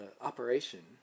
Operation